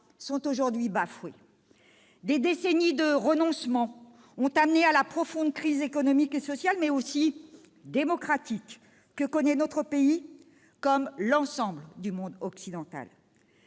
sont aujourd'hui bafoués. Des décennies de renoncement ont amené à la profonde crise économique et sociale, mais aussi démocratique, que connaît notre pays, comme l'ensemble du monde occidental.